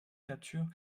capture